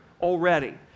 already